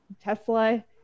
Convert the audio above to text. Tesla